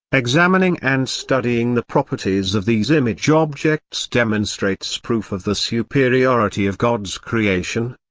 examining and studying the properties of these image-objects demonstrates proof of the superiority of god's creation,